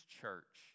church